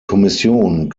kommission